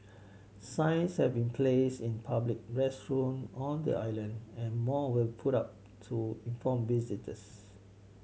signs have been placed in public restroom on the island and more will put up to inform visitors